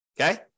Okay